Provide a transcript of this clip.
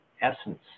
essence